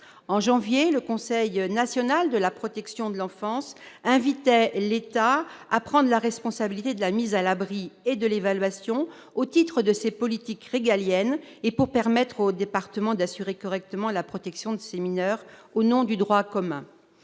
En janvier dernier, le Conseil national de la protection de l'enfance invitait l'État à prendre la responsabilité de la mise à l'abri et de l'évaluation, au titre de ses politiques régaliennes et pour permettre aux départements d'assurer correctement la protection de ces mineurs, au nom du droit commun.